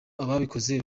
ababikoze